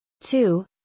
Two